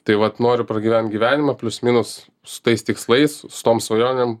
tai vat noriu pragyvent gyvenimą plius minus su tais tikslais su tom svajonėm